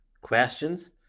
questions